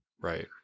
Right